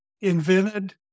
invented